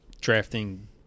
drafting